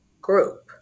group